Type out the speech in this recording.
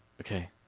Okay